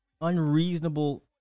Unreasonable